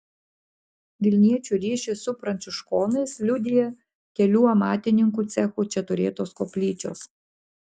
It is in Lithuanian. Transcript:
vilniečių ryšį su pranciškonais liudija kelių amatininkų cechų čia turėtos koplyčios